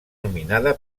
nominada